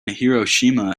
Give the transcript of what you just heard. hiroshima